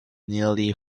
nearly